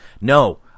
no